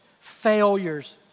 failures